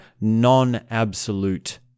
non-absolute